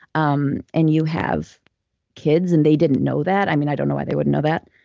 um and you have kids, and they didn't know that. i mean, i don't know why they wouldn't know that.